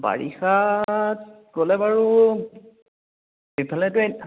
বাৰিষাত গ'লে বাৰু ইফালেটো ই